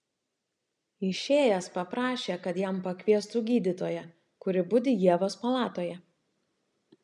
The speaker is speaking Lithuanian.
išėjęs paprašė kad jam pakviestų gydytoją kuri budi ievos palatoje